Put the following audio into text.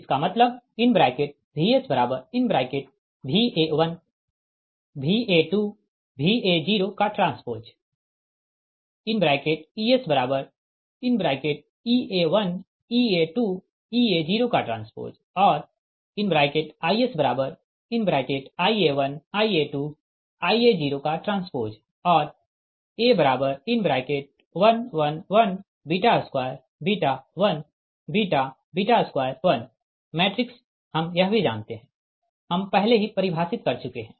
इसका मतलब VsVa1 Va2 Va0 T EsEa1 Ea2 Ea0 Tऔर IsIa1 Ia2 Ia0 Tऔर A1 1 1 2 1 2 1 मैट्रिक्स हम यह भी जानते है हम पहले ही परिभाषित कर चुके है